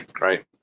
right